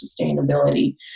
sustainability